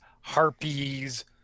harpies